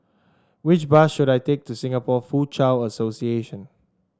which bus should I take to Singapore Foochow Association